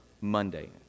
monday